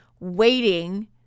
Waiting